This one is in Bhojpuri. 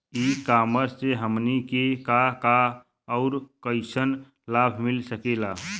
ई कॉमर्स से हमनी के का का अउर कइसन लाभ मिल सकेला?